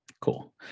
cool